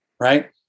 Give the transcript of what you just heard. Right